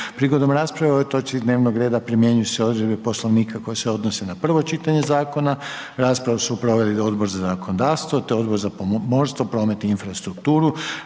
Prigodom rasprave o ovoj točki dnevnog reda primjenjuju se odredbe Poslovnika koje se odnose na prvo čitanje Zakona. Raspravu su proveli Odbor za zakonodavstvo i Odbor za pomorstvo, promet i infrastrukturu.